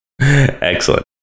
Excellent